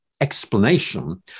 explanation